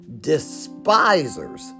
despisers